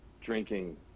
drinking